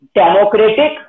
democratic